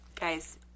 Guys